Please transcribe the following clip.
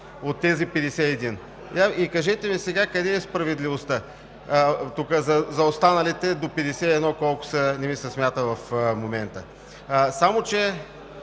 от тези 51. Кажете ми сега къде е справедливостта за останалите до 51? Колко са, не ми се смята в момента. Само че